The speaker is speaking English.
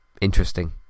Interesting